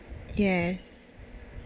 yes